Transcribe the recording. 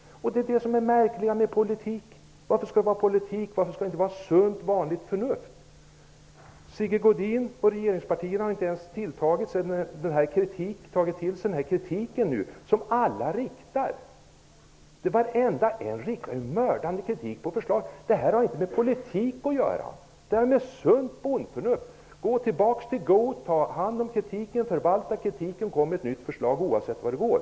Det är det som är det märkliga med politik. Varför skall det vara politik? Varför skall det inte vara vanligt sunt förnuft? Sigge Godin och regeringspartierna har inte ens tagit till sig den kritik som alla riktar mot förslaget. Varenda en riktar mördande kritik mot förslaget! Detta har inte med politik att göra! Det handlar om sunt bondförnuft. Gå tillbaka till gå! Ta hand om kritiken, förvalta kritiken och kom med ett nytt förslag, oavsett hur det går!